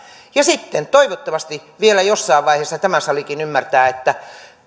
ja sitten toivottavasti vielä jossain vaiheessa tämä salikin ymmärtää että